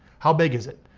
how big is it?